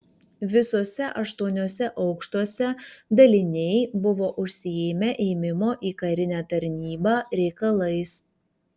visuose aštuoniuose aukštuose daliniai buvo užsiėmę ėmimo į karinę tarnybą reikalais